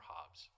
Hobbes